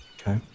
Okay